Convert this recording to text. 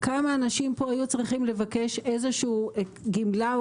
כמה אנשים פה היו צריכים לבקש גמלה כלשהי או